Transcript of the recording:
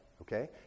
Okay